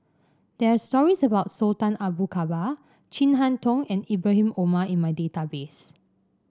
there are stories about Sultan Abu Bakar Chin Harn Tong and Ibrahim Omar in my database